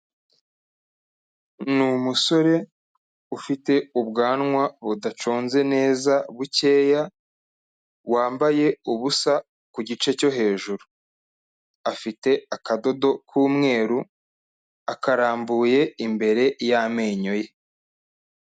Ni umusore ufite ubwanwa budacoze neza bukeya, wambaye ubusa ku gice cyo hejuru, afite akadodo k'umweru, akarambuye imbere y'amenyo ye.